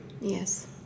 Yes